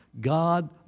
God